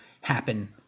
happen